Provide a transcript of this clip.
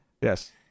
Yes